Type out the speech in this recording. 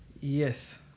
yes